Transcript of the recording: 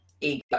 ego